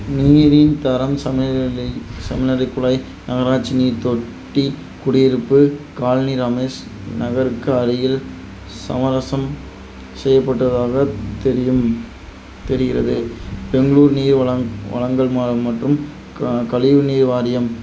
நீரின் தரம் சமயநிலை சமையலறை குழாய் நகராட்சி நீர் தொட்டி குடியிருப்பு காலனி ரமேஷ் நகருக்கு அருகில் சமரசம் செய்யப்பட்டதாக தெரியும் தெரிகிறது பெங்களூர் நீர் வலங் வலங்கல் ம மற்றும் க கழிவு நீர் வாரியம்